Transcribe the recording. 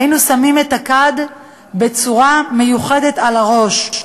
היינו שמים את הכד בצורה מיוחדת על הראש.